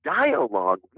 dialogue